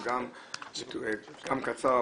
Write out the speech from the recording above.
גם קצר,